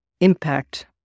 impact